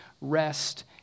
rest